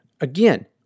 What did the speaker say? again